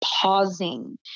pausing